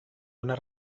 una